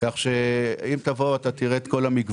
אם תבוא, אתה תראה את כל המגוון.